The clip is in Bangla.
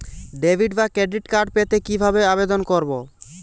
ডেবিট বা ক্রেডিট কার্ড পেতে কি ভাবে আবেদন করব?